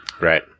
Right